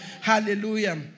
hallelujah